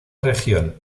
región